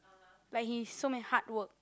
like he so many hard work